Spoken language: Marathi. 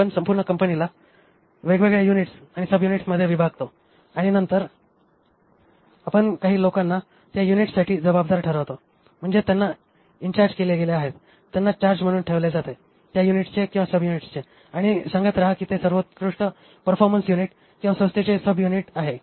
आपण संपूर्ण कंपनीला वेगवेगळ्या युनिट्स आणि सब्युनिट्समध्ये विभागतो आणि नंतर आपण काही लोकांना त्या युनिट्ससाठी जबाबदार ठरवतो म्हणजे त्यांना इंचार्ज केले गेले आहेत त्यांना चार्ज म्हणून ठेवले जाते त्या युनिटचे किंवा सबनिटचे आणि सांगत रहा की ते सर्वोत्कृष्ट परफॉर्मन्स युनिट किंवा संस्थेचे सब्यूनिट आहे